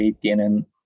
tienen